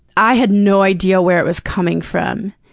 i had no idea where it was coming from.